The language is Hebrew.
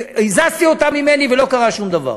הזזתי אותם ממני ולא קרה שום דבר.